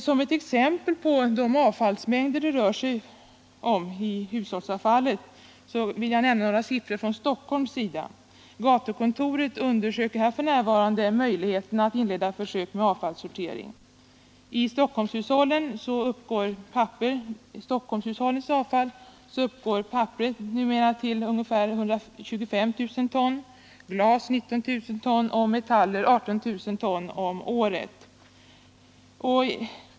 Som ett exempel på vilka avfallsmängder som är aktuella från hushållen vill jag nämna några siffror från Stockholm. Gatukontoret undersöker här för närvarande möjligheten att inleda försök med avfallssortering. I Stockholmshushållens avfall svarar papper numera för ungefär 125 000 ton eller hälften av avfallet, glas för 19 000 ton och metaller för 18 000 ton om året.